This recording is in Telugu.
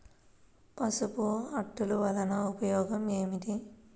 పసుపు అట్టలు వలన ఉపయోగం ఏమిటి?